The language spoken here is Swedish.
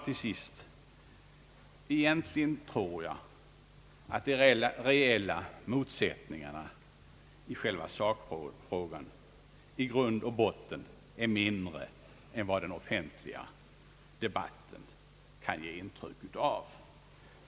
Till sist, herr talman, jag tror att de reella motsättningarna i själva sakfrågan i grund och botten är mindre än vad den offentliga debatten kan ge intryck av.